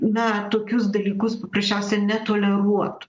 na tokius dalykus paprasčiausia netoleruot